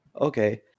okay